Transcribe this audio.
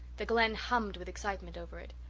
the glen hummed with excitement over it.